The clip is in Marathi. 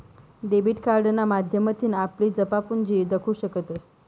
डेबिट कार्डना माध्यमथीन आपली जमापुंजी दखु शकतंस